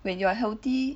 when you are healthy